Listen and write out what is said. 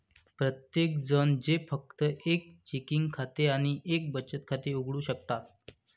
प्रत्येकजण जे फक्त एक चेकिंग खाते आणि एक बचत खाते उघडू शकतात